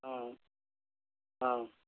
অঁ অঁ